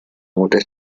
order